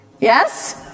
Yes